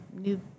new